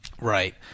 Right